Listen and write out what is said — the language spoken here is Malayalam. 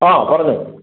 ആ പറഞ്ഞോ